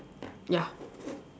ya